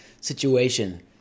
situation